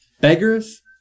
Beggars